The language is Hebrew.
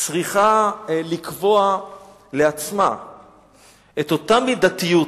צריכה לקבוע לעצמה את אותה מידתיות.